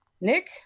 Nick